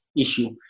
issue